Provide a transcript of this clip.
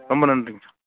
ரொம்ப நன்றிங்க சார்